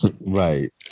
Right